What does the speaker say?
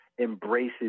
embraces